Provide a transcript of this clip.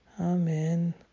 Amen